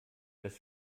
dass